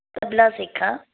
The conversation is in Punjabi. ਤਬਲਾ ਸਿੱਖਾਂ